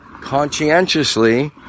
conscientiously